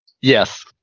Yes